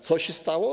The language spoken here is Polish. Co się stało?